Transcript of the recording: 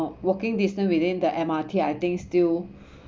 walking distance within the M_R_T I think still